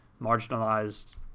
marginalized